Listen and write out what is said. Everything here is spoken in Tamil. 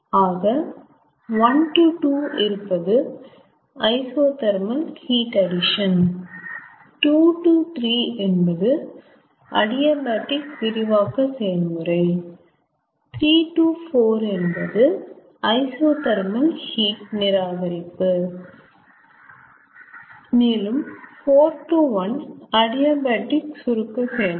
ஆக 1 to 2 இருப்பது ஐசோதெர்மல் ஹீட் அட்டிஷன் 2 to 3 என்பது அடியபடிக் விரிவாக்கம் செயல்முறை 3 to 4 ஐசோதெர்மல் ஹீட் நிராகரிப்பு மேலும் 4 to 1 அடியபடிக் சுருக்க செயல்முறை